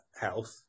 health